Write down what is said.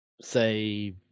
say